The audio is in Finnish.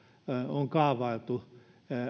on kaavailtu